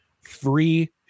free